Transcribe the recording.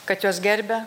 kad juos gerbia